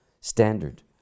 standard